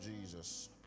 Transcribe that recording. Jesus